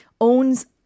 owns